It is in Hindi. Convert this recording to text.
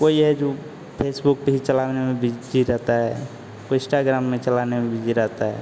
कोई है जो फेसबुक पर ही चलाने में बिज़्जी रहता है कोई इस्टाग्राम में चलाने में बिजी रहता है